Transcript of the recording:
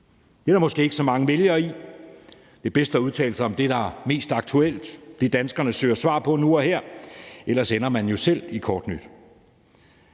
Det er der måske ikke så mange vælgere i. Det er bedst at udtale sig om det, der er mest aktuelt, og det, danskerne søger svar på nu og her. Ellers ender man jo selv i kort nyt.